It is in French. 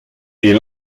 est